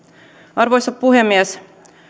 arvoisa puhemies